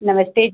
नमस्ते